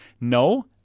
No